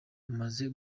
amaze